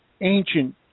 ancient